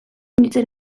nintzen